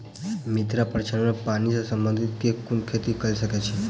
मिथिला प्रक्षेत्र मे पानि सऽ संबंधित केँ कुन खेती कऽ सकै छी?